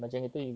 mm